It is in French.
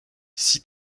six